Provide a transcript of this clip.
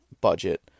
budget